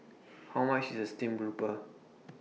How much IS The Stream Grouper